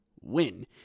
win